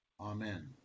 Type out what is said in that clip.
Amen